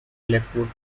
lakewood